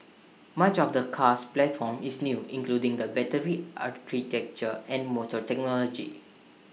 much of the car's platform is new including the battery architecture and motor technology